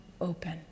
open